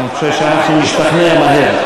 אני חושב שנשתכנע מהר.